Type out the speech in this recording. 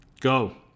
Go